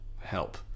help